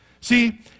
See